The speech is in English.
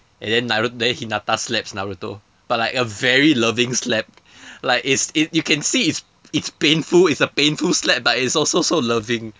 and then naru~ and then hinata slaps naruto but like a very loving slap but it's a very loving slap like it's it's you can see it's it's painful it's a painful slap but it's also so loving